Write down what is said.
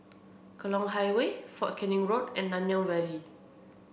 Tekong Highway Fort Canning Road and Nanyang Valley